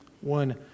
One